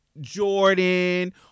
Jordan